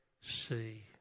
see